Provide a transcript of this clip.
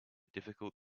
difficult